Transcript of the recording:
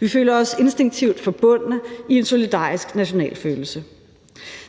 Vi føler os instinktivt forbundne i en solidarisk nationalfølelse.